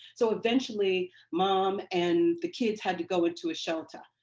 so eventually mom and the kids had to go into a shelter.